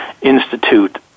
Institute